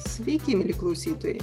sveiki mieli klausytojai